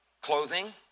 Clothing